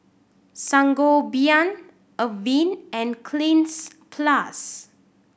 Sangobion Avene and Cleanz Plus